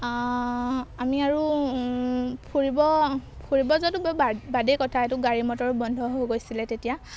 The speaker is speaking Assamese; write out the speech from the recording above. আমি আৰু ফুৰিব ফুৰিব যোৱাতো বাদেই কথা এইটো গাড়ী মটৰো বন্ধ হৈ গৈছিলে তেতিয়া